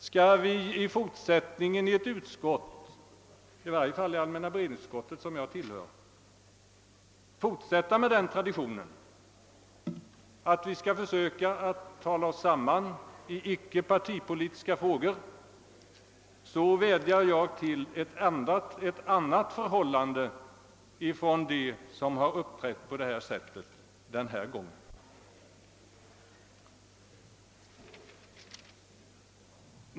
Skall vi i fortsättningen i ett utskott, i varje fall i allmänna beredningsutskottet som jag tillhör, fortsätta med den traditionen att vi skall försöka tala oss samman i icke partipolitiska frågor, så vädjar jag om en annan hållning från deras sida som uppträtt på detta sätt denna gång.